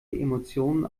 emotionen